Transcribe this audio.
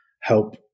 help